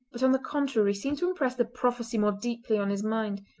but on the contrary seemed to impress the prophecy more deeply on his mind.